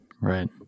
right